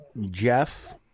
jeff